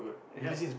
yup